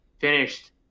finished